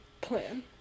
Plan